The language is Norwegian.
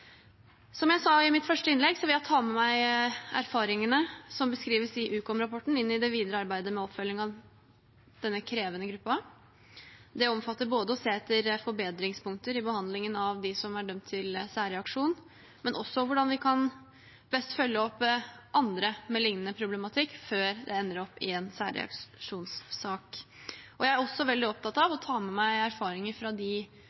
Som jeg sa i mitt første innlegg, vil jeg ta med meg erfaringene som beskrives i Ukom-rapporten, i det videre arbeidet med oppfølgingen av denne krevende gruppen. Det omfatter både å se etter forbedringspunkter i behandlingen av dem som er dømt til særreaksjon, men også hvordan vi best kan følge opp andre med liknende problematikk før det ender opp i en særreaksjonssak. Jeg også veldig opptatt av å ta med meg erfaringer fra